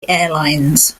airlines